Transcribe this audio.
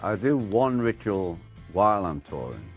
ah do one ritual while i'm touring.